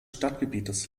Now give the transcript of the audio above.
stadtgebietes